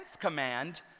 command